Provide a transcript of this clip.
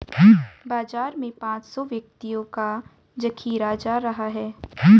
बाजार में पांच सौ व्यक्तियों का जखीरा जा रहा है